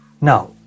Now